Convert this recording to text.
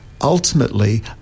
ultimately